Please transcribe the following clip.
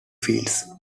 fields